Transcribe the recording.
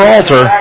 Alter